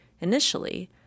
Initially